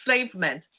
enslavement